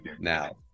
now